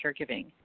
caregiving